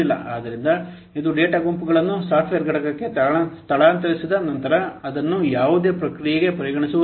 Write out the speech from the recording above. ಆದ್ದರಿಂದ ಇದು ಡೇಟಾ ಗುಂಪುಗಳನ್ನು ಸಾಫ್ಟ್ವೇರ್ ಘಟಕಕ್ಕೆ ಸ್ಥಳಾಂತರಿಸಿದ ನಂತರ ಅದನ್ನು ಯಾವುದೇ ಪ್ರಕ್ರಿಯೆಗೆ ಪರಿಗಣಿಸುವುದಿಲ್ಲ